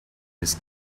this